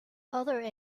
other